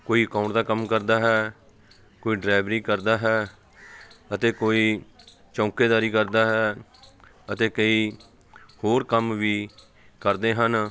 ਕੋਈ ਅਕਾਊਂਟ ਦਾ ਕੰਮ ਕਰਦਾ ਹੈ ਕੋਈ ਡਰਾਈਵਰੀ ਕਰਦਾ ਹੈ ਅਤੇ ਕੋਈ ਚੌਂਕੀਦਾਰੀ ਕਰਦਾ ਹੈ ਅਤੇ ਕਈ ਹੋਰ ਕੰਮ ਵੀ ਕਰਦੇ ਹਨ